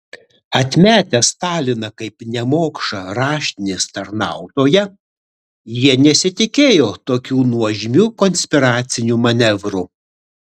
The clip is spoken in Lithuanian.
atmetę staliną kaip nemokšą raštinės tarnautoją jie nesitikėjo tokių nuožmių konspiracinių manevrų